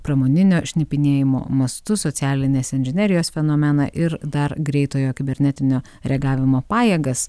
pramoninio šnipinėjimo mastus socialinės inžinerijos fenomeną ir dar greitojo kibernetinio reagavimo pajėgas